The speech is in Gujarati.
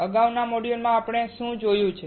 અગાઉના મોડ્યુલોમાં આપણે શું જોયું છે